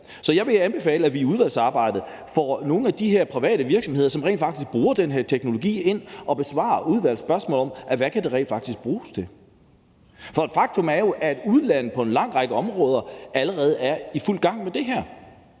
Så jeg vil anbefale, at vi i udvalgsarbejdet får nogle af de her private virksomheder, som rent faktisk bruger den her teknologi, ind til at besvare udvalgets spørgsmål om, hvad det rent faktisk kan bruges til. Faktum er jo, at man på en lang række områder i udlandet allerede er i fuld gang med det her.